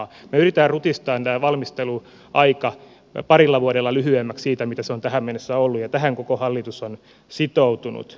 me yritämme rutistaa tämä valmisteluaika parilla vuodella lyhyemmäksi siitä mitä se on tähän mennessä ollut ja tähän koko hallitus on sitoutunut